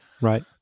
Right